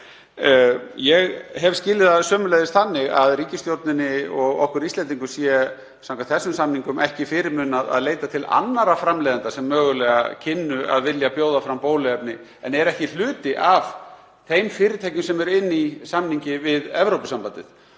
Ég hef sömuleiðis skilið það þannig að ríkisstjórninni og okkur Íslendingum sé samkvæmt þessum samningum ekki fyrirmunað að leita til annarra framleiðenda sem mögulega kynnu að vilja bjóða fram bóluefni en eru ekki hluti af þeim fyrirtækjum sem eru í samningi við Evrópusambandið.